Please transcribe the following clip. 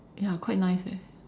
ya quite nice eh